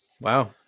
Wow